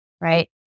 right